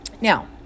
Now